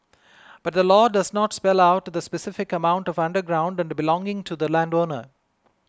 but the law does not spell out the specific amount of underground and belonging to the landowner